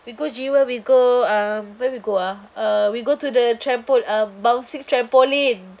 we go jewel we go um where we go ah uh we go to the trampo~ uh bouncing trampoline